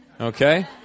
Okay